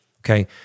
Okay